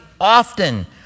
often